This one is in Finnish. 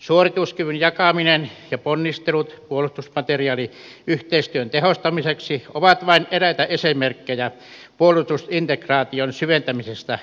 suorituskyvyn jakaminen ja ponnistelut puolustusmateriaaliyhteistyön tehostamiseksi ovat vain eräitä esimerkkejä puolustusintegraation syventämisestä euroopan tasolla